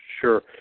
sure